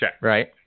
Right